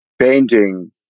painting